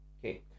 Okay